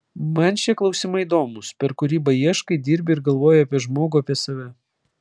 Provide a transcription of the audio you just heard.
man šie klausimai įdomūs per kūrybą ieškai dirbi ir galvoji apie žmogų apie save